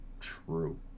true